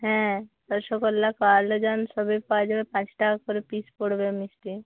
হ্যাঁ রসগোল্লা কালো জাম সবই পাওয়া যাবে পাঁচ টাকা করে পিস পড়বে মিষ্টি